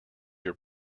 your